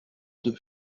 deux